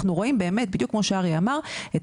אנחנו רואים באמת בדיוק כמו שאריה אמר את